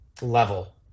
level